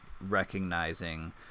recognizing